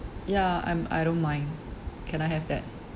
ya I'm I don't mind can I have that